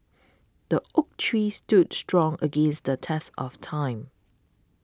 the oak tree stood strong against the test of time